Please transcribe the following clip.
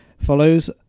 follows